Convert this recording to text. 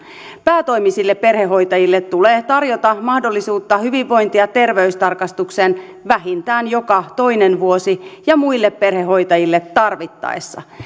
päätoimisille perhehoitajille tulee tarjota mahdollisuutta hyvinvointi ja terveystarkastukseen vähintään joka toinen vuosi ja muille perhehoitajille tarvittaessa